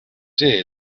see